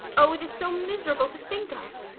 oh, it is so miserable to think of.